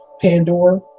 Pandora